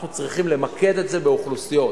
אנחנו צריכים למקד את זה באוכלוסיות.